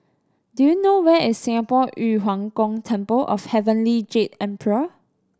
do you know where is Singapore Yu Huang Gong Temple of Heavenly Jade Emperor